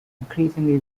increasingly